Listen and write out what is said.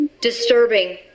disturbing